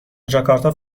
جاکارتا